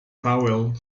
powell